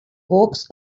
hawks